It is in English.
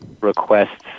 requests